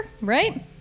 right